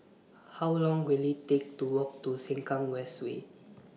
How Long Will IT Take to Walk to Sengkang West Way